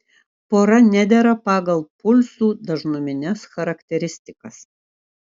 pora nedera pagal pulsų dažnumines charakteristikas